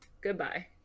goodbye